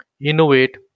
innovate